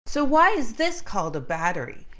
so why is this called a battery,